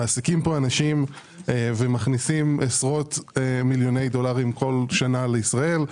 מעסיקים פה אנשים ומכניסים עשרות מיליוני דולרים כל שנה לישראל.